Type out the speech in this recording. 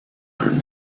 learn